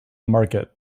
market